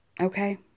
Okay